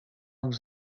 vous